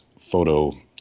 photo